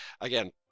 again